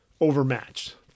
overmatched